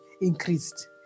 increased